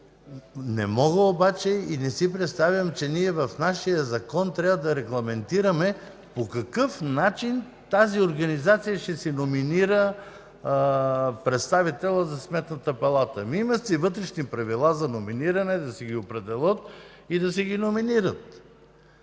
Не мога обаче и не си представям, че ние в нашия закон трябва да регламентираме по какъв начин тази организации ще си номинира представителя за Сметната палата. Ами има си вътрешни правила за номиниране, да си ги определят и да си ги номинират.